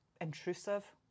intrusive